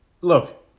Look